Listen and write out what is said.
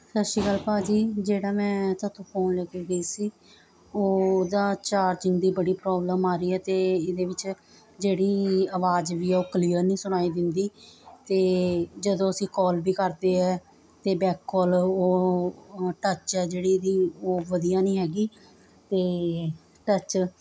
ਸਤਿ ਸ਼੍ਰੀ ਅਕਾਲ ਭਾਜੀ ਜਿਹੜਾ ਮੈਂ ਥੋਤੋਂ ਫ਼ੋਨ ਲੈਕੇ ਗਈ ਸੀ ਓਹਦਾ ਚਾਰਜਿੰਗ ਦੀ ਬੜੀ ਪ੍ਰੋਬਲਮ ਆ ਰਹੀ ਹੈ ਅਤੇ ਇਹਦੇ ਵਿੱਚ ਜਿਹੜੀ ਆਵਾਜ਼ ਵੀ ਹੈ ਉਹ ਕਲੀਅਰ ਨਹੀਂ ਸੁਣਾਈ ਦਿੰਦੀ ਅਤੇ ਜਦੋਂ ਅਸੀਂ ਕਾਲ ਵੀ ਕਰਦੇ ਹਾਂ ਅਤੇ ਬੈਕ ਕਾਲ ਉਹ ਟੱਚ ਹੈ ਜਿਹੜੀ ਇਹਦੀ ਉਹ ਵਧੀਆ ਨਹੀਂ ਹੈ ਅਤੇ ਟੱਚ